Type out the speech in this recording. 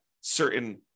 certain